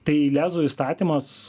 tai lezo įstatymas